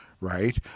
right